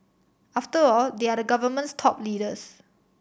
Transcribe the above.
after all they are the government's top leaders